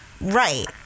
Right